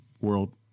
World